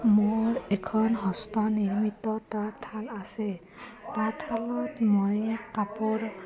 মোৰ এখন হস্ত নিৰ্মিত তাঁতশাল আছে তাঁতশালত মই কাপোৰ